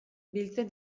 biltzen